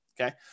okay